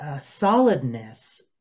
solidness